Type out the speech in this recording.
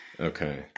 Okay